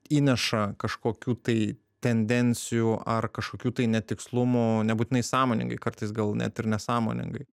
įneša kažkokių tai tendencijų ar kažkokių tai netikslumų nebūtinai sąmoningai kartais gal net ir nesąmoningai